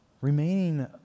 remaining